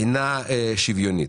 אינה שוויונית.